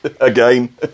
again